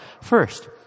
First